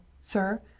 sir